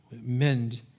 mend